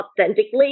authentically